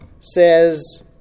says